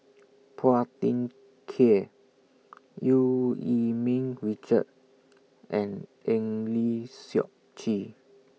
Phua Thin Kiay EU Yee Ming Richard and Eng Lee Seok Chee